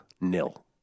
nil